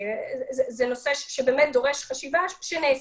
זה נושא שבאמת דורש חשיבה והיא נעשית.